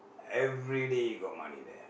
every day got money there